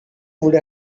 would